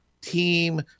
team